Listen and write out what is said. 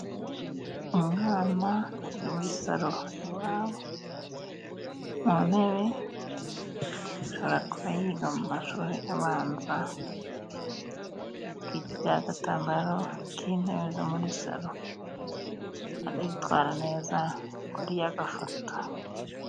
Umwana uri muri salo iwabo mu ntebe, ashobora kuba yiga mu mashuri abanza, yitwikiriye agatambaro k'intebe zo muri salon, aritwara neza ngo arye agafoto.